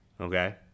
Okay